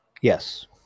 Yes